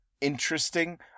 interesting